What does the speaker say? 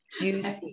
juicy